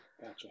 Gotcha